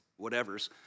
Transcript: whatevers